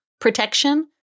protection